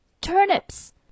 Turnips